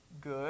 good